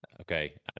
Okay